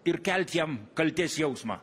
ir kelt jam kaltės jausmą